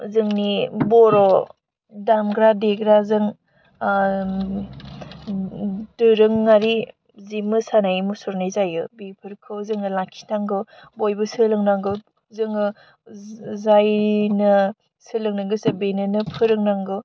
जोंनि बर' दामग्रा देग्राजों दोरोङारि जि मोसानाय मुसुरनाय जायो बिफोरखौ जोङो लाखिनांगौ बयबो सोलोंनांगौ जोङो जायनो सोलोंनो गोसो बेनोनो फोरोनांगौ